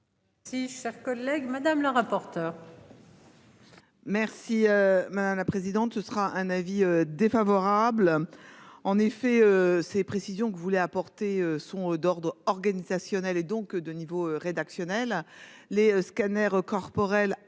Si cher collègue Madame le rapport. Merci madame la présidente. Ce sera un avis défavorable. En effet ces précisions que vous voulez apporter sont d'ordre organisationnel et donc de niveau rédactionnel les scanners corporels